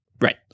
Right